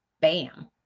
bam